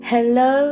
Hello